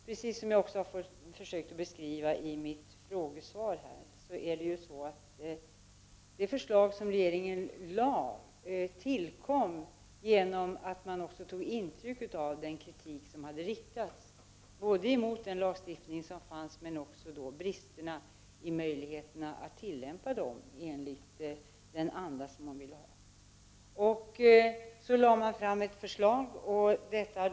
Precis som jag har försökt att beskriva i mitt frågesvar är det så, att det förslag som regeringen lade fram tillkom efter det att man hade tagit intryck av den kritik som hade riktats både mot den lagstiftning som fanns och också mot bristerna när det gäller möjligheterna att tillämpa den enligt den anda man ville ha. Ett nytt förslag lades då fram.